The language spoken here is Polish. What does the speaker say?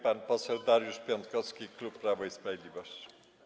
Pan poseł Dariusz Piontkowski, klub Prawo i Sprawiedliwość.